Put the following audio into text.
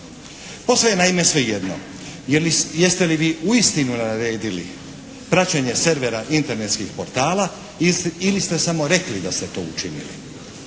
Posve je naime svejedno jeste li vi uistinu naredili praćenje servera Internetskih portala ili ste samo rekli da ste to učinili.